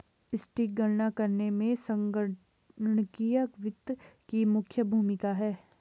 सटीक गणना करने में संगणकीय वित्त की मुख्य भूमिका है